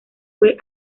fue